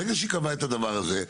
ברגע שהיא קבעה את הדבר הזה,